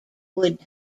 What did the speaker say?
would